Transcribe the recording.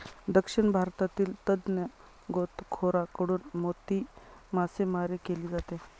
दक्षिण भारतातील तज्ञ गोताखोरांकडून मोती मासेमारी केली जाते